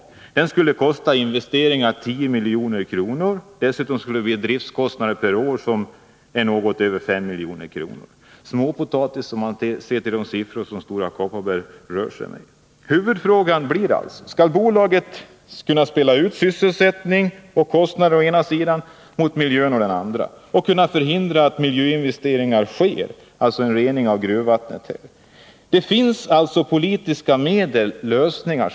En sådan skulle i investeringar kosta 10 milj.kr., och driftkostnaderna per år skulle bli något över 5 milj.kr. Det är småpotatis i jämförelse med de siffror som Stora Kopparberg rör sig med. Huvudfrågan blir alltså: Skall Stora Kopparberg kunna spela ut sysselsättning och kostnader å ena sidan mot miljön å andra sidan och hindra att miljöinvesteringar för rening av gruvvattnet sker? Det finns, som jag ser det, politiska medel till lösningar.